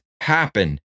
happen